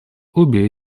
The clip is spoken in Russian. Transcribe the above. обе